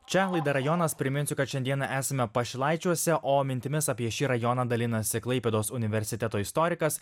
čia laida rajonas priminsiu kad šiandieną esame pašilaičiuose o mintimis apie šį rajoną dalinasi klaipėdos universiteto istorikas